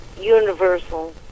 universal